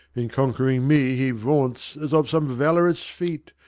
in conquering me he vaunts as of some valorous feat,